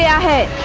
yeah ahead